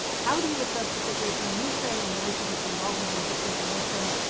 how do you assess the situation in ukraine in relation to its involvement in disinformation?